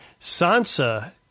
Sansa